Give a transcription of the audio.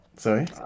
Sorry